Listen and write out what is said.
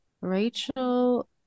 Rachel